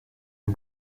une